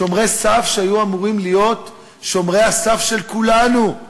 שומרי סף שהיו אמורים להיות שומרי הסף של כולנו,